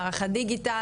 מערך הדיגיטל,